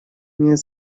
нет